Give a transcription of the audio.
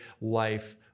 life